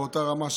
באותה רמה,